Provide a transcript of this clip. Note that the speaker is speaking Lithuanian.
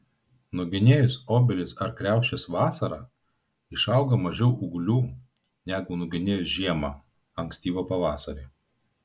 nugenėjus obelis ar kriaušes vasarą išauga mažiau ūglių negu nugenėjus žiemą ankstyvą pavasarį